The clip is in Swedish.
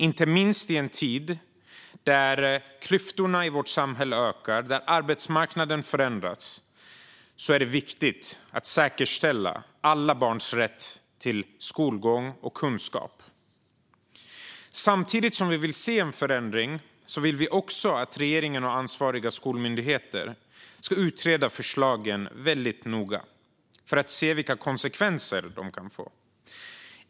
Inte minst i en tid då klyftorna i vårt samhälle ökar och arbetsmarknaden förändras är det viktigt att säkerställa alla barns rätt till skolgång och kunskap. Samtidigt som vi vill se en förändring vill vi också att regeringen och ansvariga skolmyndigheter ska utreda förslagen väldigt noga för att se vilka konsekvenser de kan få.